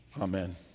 Amen